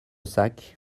sac